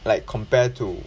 like compare to